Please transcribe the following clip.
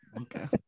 Okay